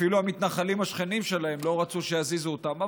אפילו המתנחלים השכנים שלהם לא רצו שיזיזו אותם,